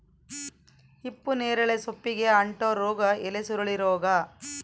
ಹಿಪ್ಪುನೇರಳೆ ಸೊಪ್ಪಿಗೆ ಅಂಟೋ ರೋಗ ಎಲೆಸುರುಳಿ ರೋಗ